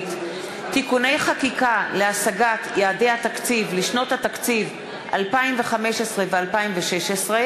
הכלכלית (תיקוני חקיקה להשגת יעדי התקציב לשנות התקציב 2015 ו-2016),